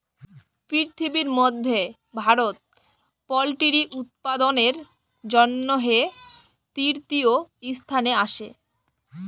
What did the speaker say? পিরথিবির ম্যধে ভারত পোলটিরি উৎপাদনের জ্যনহে তীরতীয় ইসথানে আসে